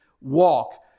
Walk